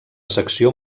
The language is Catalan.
secció